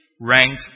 ranked